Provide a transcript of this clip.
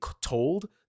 told